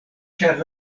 ĉar